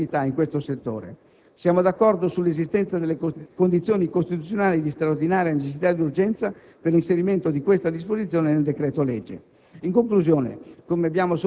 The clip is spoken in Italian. molto pregevole attività in questo settore. Siamo d'accordo sull'esistenza delle condizioni costituzionali di straordinaria necessità ed urgenza per l'inserimento di questa disposizione nel decreto-legge.